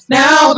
now